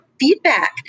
feedback